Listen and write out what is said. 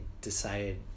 decided